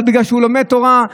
אבל בגלל שהוא לומד תורה,